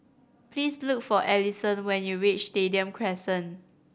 please look for Alison when you reach Stadium Crescent